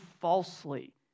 falsely